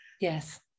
yes